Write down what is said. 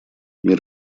мир